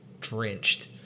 drenched